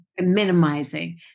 minimizing